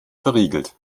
verriegelt